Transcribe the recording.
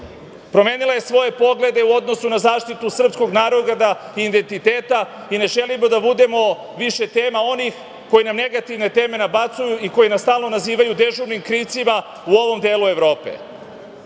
Promenila je svoje poglede u odnosu na zaštitu srpskog naroda i identiteta i ne želimo da budemo više tema onih koji nam negativne teme nabacuju i koji nas stalno nazivaju dežurnim krivcima u ovom delu